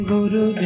Guru